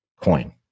coin